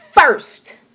first